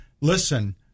listen